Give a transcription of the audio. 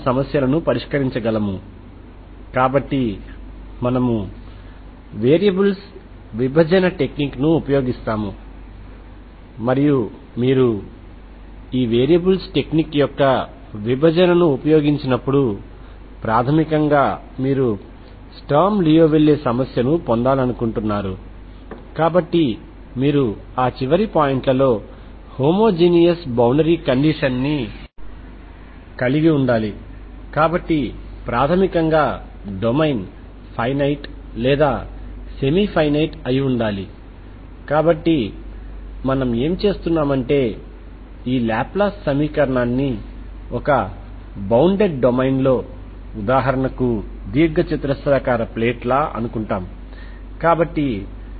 ఒకవేళ కుడి వైపు ఉన్నవి కాంస్టెంట్ గా లేదా కొన్ని ఇతర విషయాలు ఉంటే నేను గత వీడియోలో వివరించిన టెక్నిక్ ను ఉపయోగించడం గురించి మీరు ఆందోళన చెందాల్సి ఉంటుంది ఎందుకంటే ఇవి హోమోజెనీయస్ కండిషన్ లు కాబట్టి వేరియబుల్స్ని వేరు చేయడం ద్వారా మనము దీనిని పరిష్కరిస్తాము కాబట్టిuxtXx